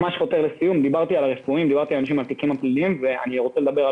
לסיום, דברנו על